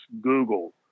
Google